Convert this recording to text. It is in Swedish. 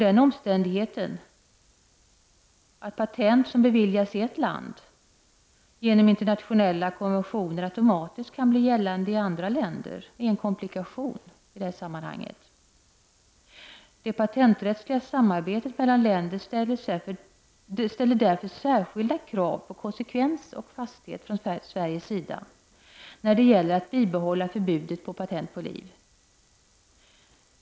Den omständigheten att patent som beviljas av ett land genom internationella konventioner automatiskt kan bli gällande i andra länder är en komplikation i det här sammanhanget. Det patenträttsliga samarbetet mellan länder ställer därför särskilda krav på konsekvens och fasthet från Sveriges sida när det gäller att bibehålla förbudet mot patent på liv.